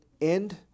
end